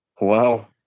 Wow